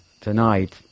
tonight